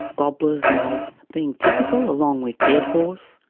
gobblers knob being typical, along with deadhorse,